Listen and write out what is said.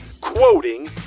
quoting